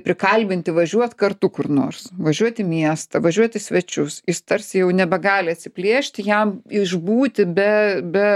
prikalbinti važiuot kartu kur nors važiuot į miestą važiuot į svečius jis tarsi jau nebegali atsiplėšti jam išbūti be be